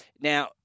Now